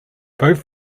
both